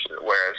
whereas